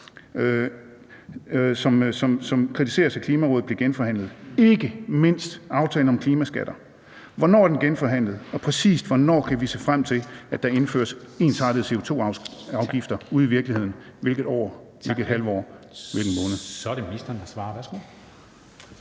som kritiseres af Klimarådet, bliver genforhandlet. Det gælder ikke mindst aftalen om klimaskatter. Hvornår bliver den genforhandlet? Hvornår kan vi præcis se frem til, at der indføres ensartede CO2-afgifter ude i virkeligheden – hvilket år, hvilket halvår, hvilken måned? Kl. 14:12 Formanden (Henrik